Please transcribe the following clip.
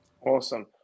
Awesome